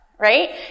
Right